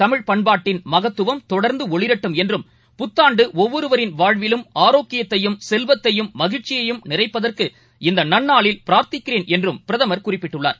தமிழ் பண்பாட்டின் மகத்துவம் தொடர்ந்துஒளிரட்டும் என்றும் புத்தாண்டுஒவ்வொருவரின் வாழ்விலும் ஆரோக்கியத்தையும் செல்வத்தையும் மகிழ்ச்சியையும் நிறைப்பதற்கு இந்தநன்நாளில் பிரார்த்திக்கிறேன் என்றும் பிரதமர் குறிப்பிட்டுள்ளார்